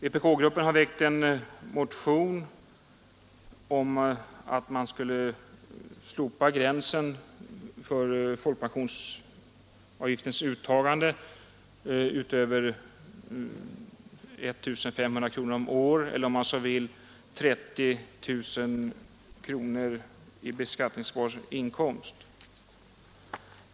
Vpk-gruppen har väckt en motion om att man skulle slopa gränsen för folkpensionsavgiftens uttagande utöver 1 500 kronor per år eller om man så vill 30 000 kronor i beskattningsbar inkomst.